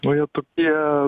nu jie tokie